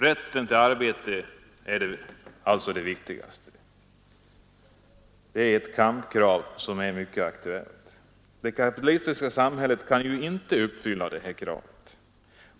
Rätten till arbete är det viktigaste. Det är ett mycket aktuellt kampkrav. Det kapitalistiska samhället kan inte uppfylla det kravet.